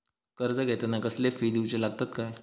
कर्ज घेताना कसले फी दिऊचे लागतत काय?